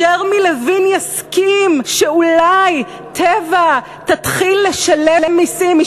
ג'רמי לוין יסכים שאולי "טבע" תתחיל לשלם מסים.